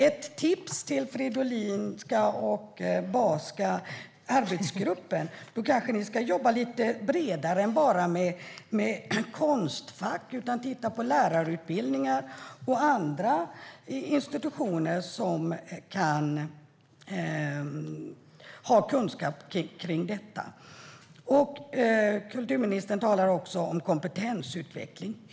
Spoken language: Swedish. Ett tips till Fridolinska och Bahska arbetsgruppen är att jobba lite bredare än bara med Konstfack och även titta på lärarutbildningar och andra institutioner som kan ha kunskap i dessa frågor. Kulturministern talade också om kompetensutveckling.